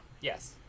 yes